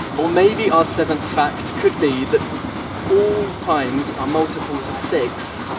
or maybe our seventh fact could be that all primes are multiples of six,